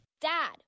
Dad